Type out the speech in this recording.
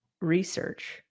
research